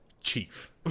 chief